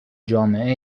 جامعه